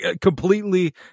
completely